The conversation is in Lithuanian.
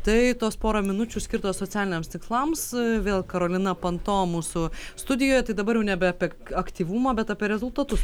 tai tos porą minučių skirtos socialiniams tikslams vėl karolina panto mūsų studijoje tai dabar jau nebe apie aktyvumą bet apie rezultatus